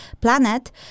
planet